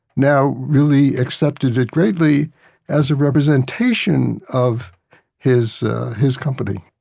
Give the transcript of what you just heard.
now really accepted it greatly as a representation of his his company